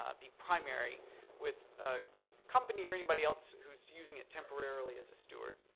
ah be primary with a company or anybody else who's using it temporarily as a steward.